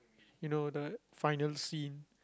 you know the final scene